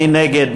מי נגד?